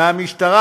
מהמשטרה,